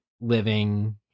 living